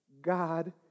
God